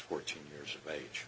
fourteen years of age